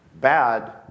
Bad